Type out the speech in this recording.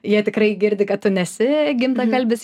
jie tikrai girdi kad tu nesi gimtakalbis